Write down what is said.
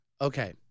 Okay